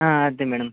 ಹಾಂ ಅದೆ ಮೇಡಮ್